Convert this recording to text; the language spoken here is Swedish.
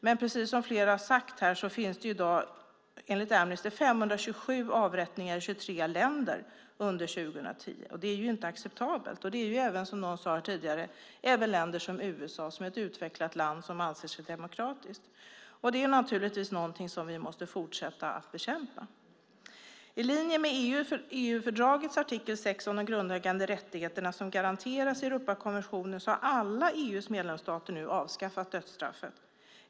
Men precis som flera har sagt här har enligt Amnesty 527 avrättningar utförts i 23 länder under 2010. Det är inte acceptabelt. Det är även, som någon sade tidigare, länder som USA som är ett utvecklat land som anser sig vara demokratiskt. Det är naturligtvis någonting som vi måste fortsätta bekämpa. I linje med EU-fördragets artikel 6 om de grundläggande rättigheterna, som garanteras i Europakonventionen, har alla EU:s medlemsstater avskaffat dödsstraffet.